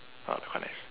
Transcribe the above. !wah! quite nice